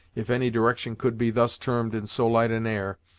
if any direction could be thus termed in so light an air,